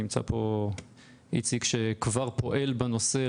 נמצא פה איציק שכבר פועל בנושא.